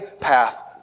path